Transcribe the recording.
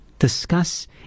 discuss